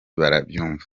barabyumva